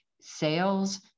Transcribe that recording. sales